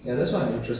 mm